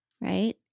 right